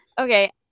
Okay